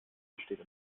entsteht